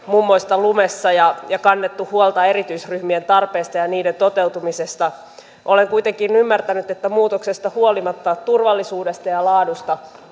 mummoista lumessa ja ja kannettu huolta erityisryhmien tarpeista ja niiden toteutumisesta olen kuitenkin ymmärtänyt että muutoksesta huolimatta turvallisuudesta ja laadusta